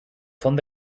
font